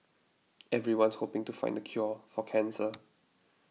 everyone's hoping to find the cure for cancer